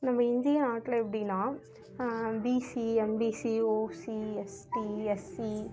நம்ம இந்திய நாட்டில் எப்படின்னா BC MBC OC ST SC